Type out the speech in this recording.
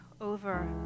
over